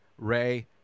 Ray